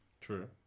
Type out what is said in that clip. True